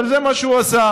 אבל זה מה שהוא עשה.